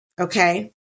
okay